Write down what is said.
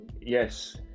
yes